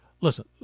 listen